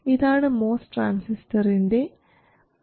ഇതാണ് മോസ് ട്രാൻസിസ്റ്ററിൻറെ gm